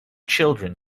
children